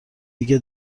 نیگه